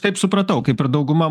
taip supratau kaip ir dauguma